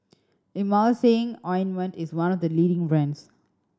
Emulsying Ointment is one of the leading brands